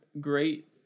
great